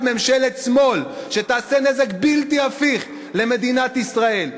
ממשלת שמאל שתעשה נזק בלתי הפיך למדינת ישראל,